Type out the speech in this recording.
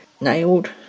nailed